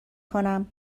کنم